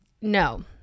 No